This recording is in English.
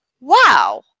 wow